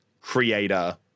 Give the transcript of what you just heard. creator